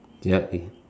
ya it